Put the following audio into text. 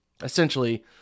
Essentially